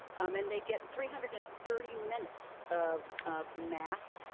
um and they get three hundred and thirty minutes of of math,